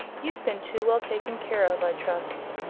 you've been too well taken care of, i trust.